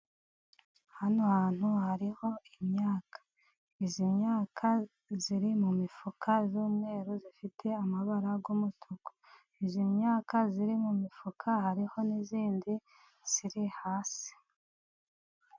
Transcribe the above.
Hano hantu hariho imyaka, iyi myaka iri mu mifuka y'umweru ifite amabara y'umutuku. Iyi myaka iri mu mifuka hariho n'indi iri has.i